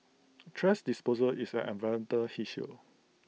thrash disposal is an environmental issue